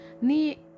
ni